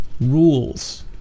rules